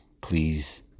Please